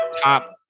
top